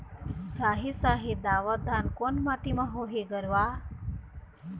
साही शाही दावत धान कोन माटी म होही गरवा?